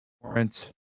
warrant